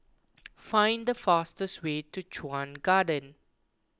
find the fastest way to Chuan Garden